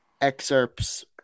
excerpts